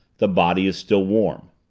the body is still warm.